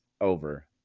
over